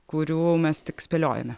kurių mes tik spėliojame